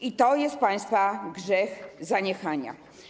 I to jest państwa grzech zaniechania.